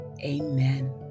amen